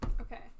Okay